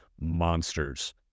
monsters